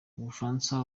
ubufaransa